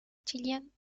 chillán